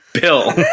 Bill